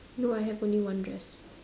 no I have only one dress